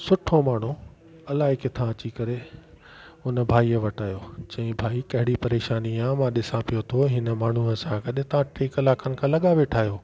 सुठो माण्हू अलाए किथां अची करे उन भई वटि आहियो चईं भई कहिड़ी परेशानी आहे मां ॾिसां पियो थो हिन माण्हूअ सां गॾु तव्हां टे कलाकनि खां लॻा वेठा आहियो